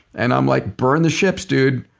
and i'm like, burn the ships, dude,